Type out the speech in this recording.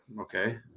okay